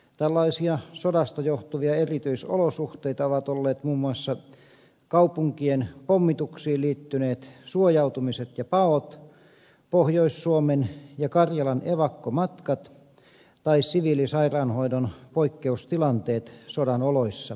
tällaisia sodasta johtuvia erityisolosuhteita ovat olleet muun muassa kaupunkien pommituksiin liittyneet suojautumiset ja paot pohjois suomen ja karjalan evakkomatkat tai siviilisairaanhoidon poikkeustilanteet sodan oloissa